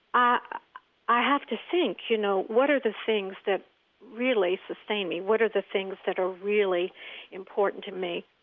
i i have to think, you know, what are the things that really sustain me? what are the things that are really important to me?